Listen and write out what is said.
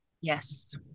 Yes